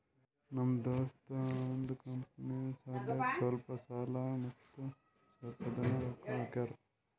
ನಮ್ ದೋಸ್ತ ಅವಂದ್ ಕಂಪನಿ ಸಲ್ಯಾಕ್ ಸ್ವಲ್ಪ ಸಾಲ ಮತ್ತ ಸ್ವಲ್ಪ್ ಜನ ರೊಕ್ಕಾ ಹಾಕ್ಯಾರ್